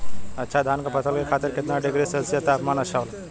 अच्छा धान क फसल के खातीर कितना डिग्री सेल्सीयस तापमान अच्छा होला?